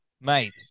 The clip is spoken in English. mate